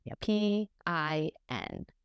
P-I-N